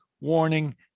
warning